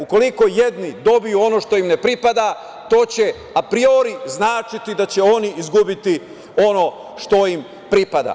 Ukoliko jedni dobiju ono što im ne pripada, to će apriori značiti da će oni izgubiti ono što im pripada.